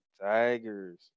Tigers